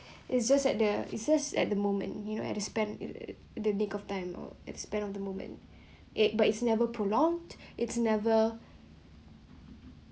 is just at the it's just at the moment you know at the spend at the nick of time or at the spend of the moment it but it's never prolonged it's never